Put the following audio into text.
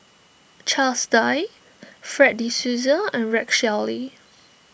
Charles Dyce Fred De Souza and Rex Shelley